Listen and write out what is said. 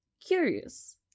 curious